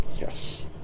Yes